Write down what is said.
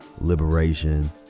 liberation